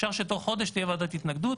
אפשר שבתוך חודש תהיה ועדת התנגדות,